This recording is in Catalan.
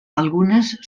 algunes